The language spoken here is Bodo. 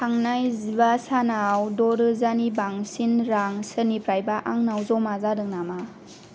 थांनाय जिबा सानाव द' रोजानि बांसिन रां सोरनिफ्रायबा आंनाव जमा जादों नामा